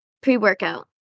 Pre-workout